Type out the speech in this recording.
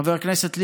חבר הכנסת ליברמן,